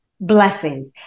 blessings